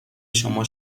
شما